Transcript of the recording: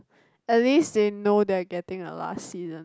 at least they know they're getting a last season